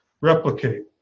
replicate